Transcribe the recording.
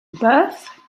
berth